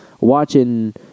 watching